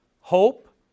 hope